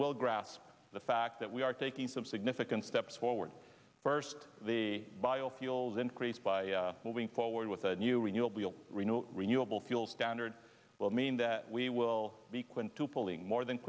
will grasp the fact that we are taking some significant steps forward first the biofuels increase by moving forward with a new renewable reno renewable fuel standard will mean that we will be quintuple ing more than